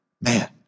Man